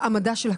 מעמדה של הכנסת,